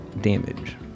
damage